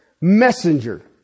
messenger